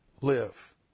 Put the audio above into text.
live